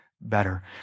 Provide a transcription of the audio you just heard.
better